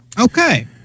Okay